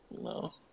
No